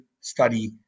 study